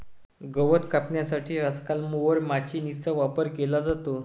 गवत कापण्यासाठी आजकाल मोवर माचीनीचा वापर केला जातो